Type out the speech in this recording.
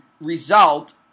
result